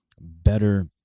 better